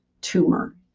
tumor